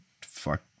Fuck